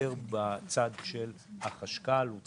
שמאל זה